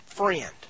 friend